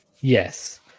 yes